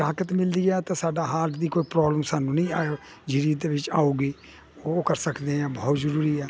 ਤਾਕਤ ਮਿਲਦੀ ਹ ਤਾਂ ਸਾਡਾ ਹਾਰਟ ਦੀ ਕੋਈ ਪ੍ਰੋਬਲਮ ਸਾਨੂੰ ਨਹੀਂ ਆ ਜਿੰਦਗੀ ਦੇ ਵਿੱਚ ਆਉਗੀ ਉਹ ਕਰ ਸਕਦੇ ਆ ਬਹੁਤ ਜਰੂਰੀ ਆ